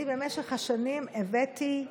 שאני במשך השנים הבאתי,